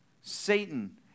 Satan